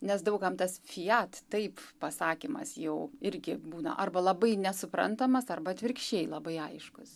nes daug kam tas fiat taip pasakymas jau irgi būna arba labai nesuprantamas arba atvirkščiai labai aiškus